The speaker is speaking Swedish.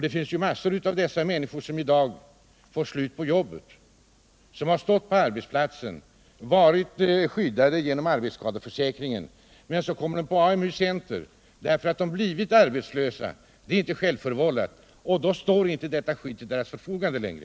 Det finns många människor som i dag får sluta på jobbet men som varit skyddade genom arbetsskadeförsäkringen. De kommer till AMU-center, därför att de blivit arbetslösa. Det är inte något självförvållat. Och då står detta skydd inte till deras förfogande längre.